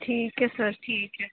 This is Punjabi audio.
ਠੀਕ ਹੈ ਸਰ ਠੀਕ ਹੈ